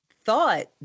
thought